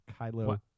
Kylo